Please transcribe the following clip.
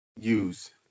use